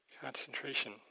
concentration